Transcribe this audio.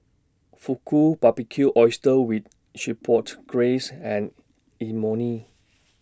Fugu Barbecued Oysters with Chipotle Glaze and Imoni